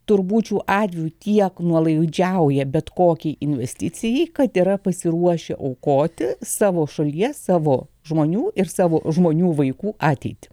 turbūt šiuo atveju tiek nuolaidžiauja bet kokiai investicijai kad yra pasiruošę aukoti savo šalyje savo žmonių ir savo žmonių vaikų ateitį